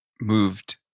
moved